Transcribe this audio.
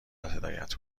هدایت